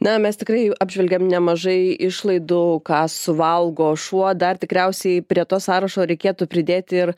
na mes tikrai apžvelgėm nemažai išlaidų ką suvalgo šuo dar tikriausiai prie to sąrašo reikėtų pridėti ir